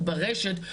ברשת,